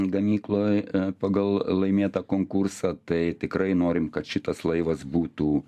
gamykloj pagal laimėtą konkursą tai tikrai norim kad šitas laivas būtų